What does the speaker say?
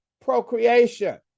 procreation